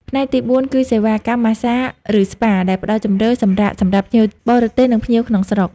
ផ្នែកទីបួនគឺសេវាកម្មម៉ាស្សា ឬស្ពា ដែលផ្តល់ជម្រើសសម្រាកសម្រាប់ភ្ញៀវបរទេស និងភ្ញៀវក្នុងស្រុក។